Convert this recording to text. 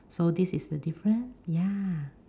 so this is the different ya